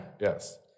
Yes